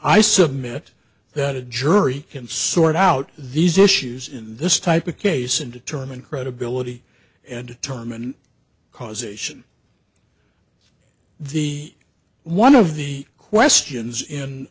i submit that a jury can sort out these issues in this type of case and determine credibility and term and causation the one of the questions in